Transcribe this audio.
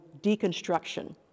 deconstruction